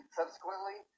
subsequently